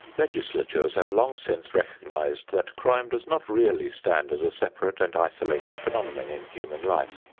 legislatures have long since recognized that crime does not really stand as a separate and isolated phenomenon in human life.